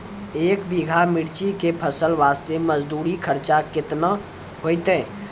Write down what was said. एक बीघा मिर्ची के फसल वास्ते मजदूरी खर्चा केतना होइते?